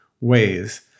ways